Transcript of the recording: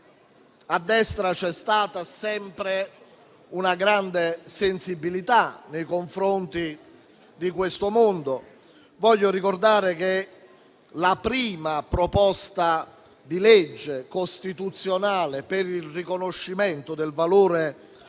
a destra c'è stata sempre una grande sensibilità nei confronti di questo mondo. Voglio ricordare che la prima proposta di legge costituzionale per il riconoscimento del valore